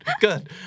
Good